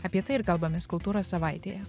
apie tai ir kalbamės kultūros savaitėje